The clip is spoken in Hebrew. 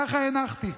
כך הנחתי.